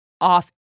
off